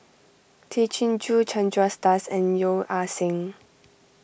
Tay Chin Joo Chandra Das and Yeo Ah Seng